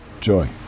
joy